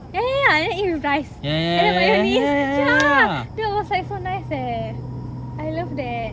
ya ya ya and then eat with rice and mayonnaise cha~ that was like so nice eh I love that